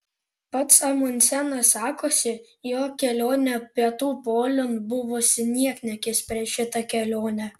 pats amundsenas sakosi jo kelionė pietų poliun buvusi niekniekis prieš šitą kelionę